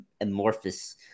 amorphous